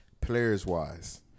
Players-wise